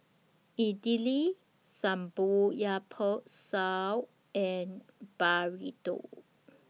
Idili Samgeyopsal and Burrito